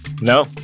No